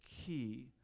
key